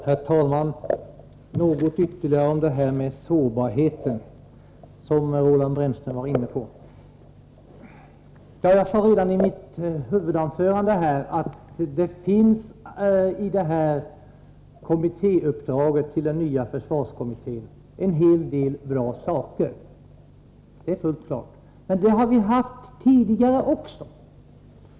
Herr talman! Några ord ytterligare om detta med sårbarhet, som Roland Brännström var inne på. Jag sade redan i mitt huvudanförande att det i försvarskommitténs uppdrag ingår en hel del bra saker. Det är fullt klart. Men det har vi haft förut också.